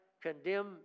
condemn